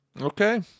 Okay